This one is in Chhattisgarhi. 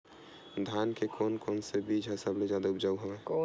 धान के कोन से बीज ह सबले जादा ऊपजाऊ हवय?